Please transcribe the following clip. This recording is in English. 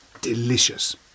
Delicious